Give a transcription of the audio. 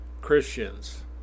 Christians